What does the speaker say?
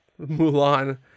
Mulan